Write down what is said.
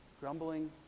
Grumbling